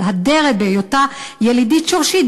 מתהדרת בהיותה ילידית שורשית,